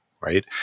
right